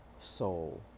soul